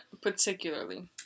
particularly